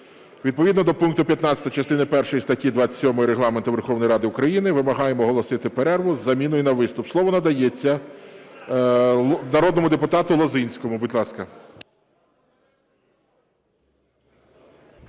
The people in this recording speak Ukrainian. відповідно до пункту 15 частини першої статті 27 Регламенту Верховної Ради України вимагаємо оголосити перерву з заміною на виступ. Слово надається народному депутату Лозинському,